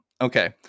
Okay